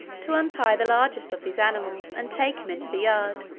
to untie the largest of these animals, and take him into the yard.